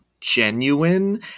genuine